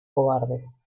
cobardes